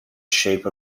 shape